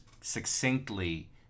succinctly